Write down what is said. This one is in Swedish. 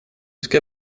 ska